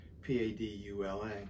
P-A-D-U-L-A